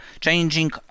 Changing